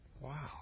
Wow